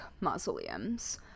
mausoleums